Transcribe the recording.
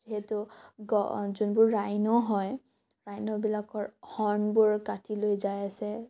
সেইটো গ যোনবোৰ ৰাইন' হয় ৰাইন'বিলাকৰ হৰ্ণবোৰ কাটি লৈ যায় আছে